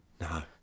No